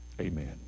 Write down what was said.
Amen